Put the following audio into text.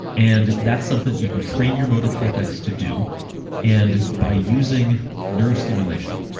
and that's something that you can train your motor cortex to do and by using neurostimulation,